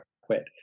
quit